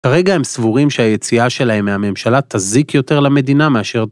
כרגע הם סבורים שהיציאה שלהם מהממשלה תזיק יותר למדינה מאשר